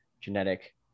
genetic